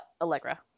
Allegra